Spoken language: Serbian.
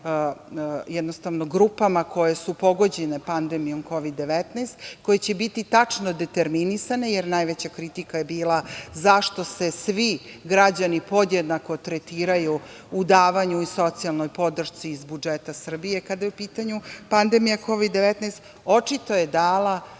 i socijalnim grupama koje su pogođene pandemijom Kovid-19, koje će biti tačno determinisane, jer najveća kritika je bila zašto se svi građani podjednako tretiraju u davanju i socijalnoj podršci iz budžeta Srbije kada je u ppitanju pandemija Kovid-19, očito je dala